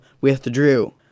withdrew